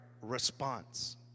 response